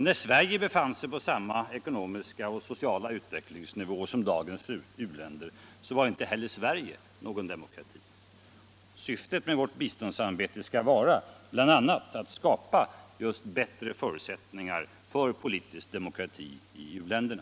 När Sverige befann sig på samma ekonomiska och sociala utvecklingsnivå som dagens u-länder, var inte heller Sverige någon demokrati. Syftet: med vårt biståndsarbete skall bl.a. vara att skapa just bättre förutsättningar för politisk demokrati i u-länderna.